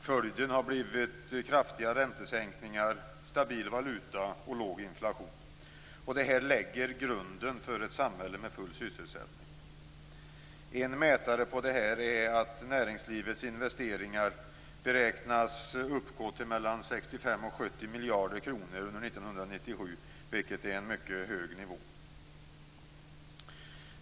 Följden har blivit kraftiga räntesänkningar, stabil valuta och låg inflation. Detta lägger grunden för ett samhälle med full sysselsättning.